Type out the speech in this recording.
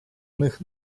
них